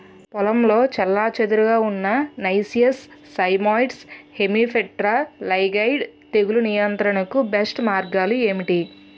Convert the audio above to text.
పొలంలో చెల్లాచెదురుగా ఉన్న నైసియస్ సైమోయిడ్స్ హెమిప్టెరా లైగేయిడే తెగులు నియంత్రణకు బెస్ట్ మార్గాలు ఏమిటి?